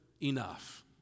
enough